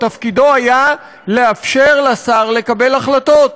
תפקידו היה לאפשר לשר לקבל החלטות.